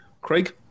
Craig